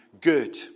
good